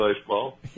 baseball